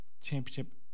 championship